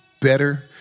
better